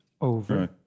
over